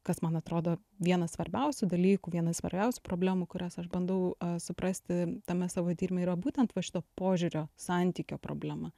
kas man atrodo vienas svarbiausių dalykų viena svarbiausių problemų kurias aš bandau suprasti tame savo tyrime yra būtent va šito požiūrio santykio problema